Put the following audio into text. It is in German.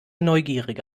neugierige